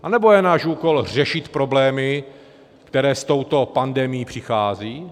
Anebo je náš úkol řešit problémy, které s touto pandemii přicházejí?